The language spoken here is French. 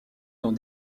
dans